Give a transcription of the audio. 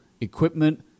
equipment